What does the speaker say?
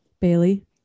Bailey